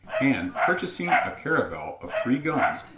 and, purchasing a caravel of three guns,